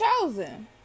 chosen